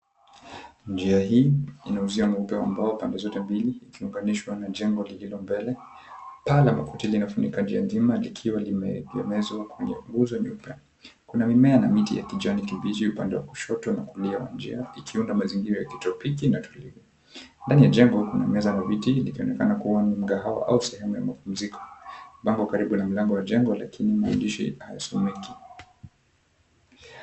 Njia hii ina uzio mweupe wa mbao pande zote mbili ikiunganishwa na jengo lililo mbele. Paa la makuti linafunika njia nzima likiwa limeegemezwa kwenye nguzo meupe. Kuna mimea na miti ya kijani kibichi upande wa kushoto na kulia wa njia ikiunda mazingira ya kitropiki na tulivu. Ndani ya jengo kuna meza na viti likionekana kua ni mgahawa au sehemu ya mapumziko. Bango karibu na mlango wa jengo lakini maandishi hayasomeki.